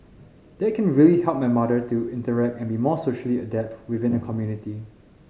that can really help my mother to interact and be more socially adept within the community